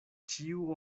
ĉiu